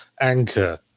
anchor